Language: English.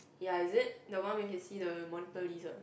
ya is it that one we can see the monitor lizard